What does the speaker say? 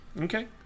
Okay